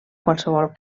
qualsevol